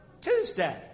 Tuesday